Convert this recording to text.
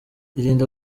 irinde